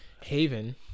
Haven